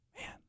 Man